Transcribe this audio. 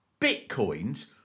Bitcoins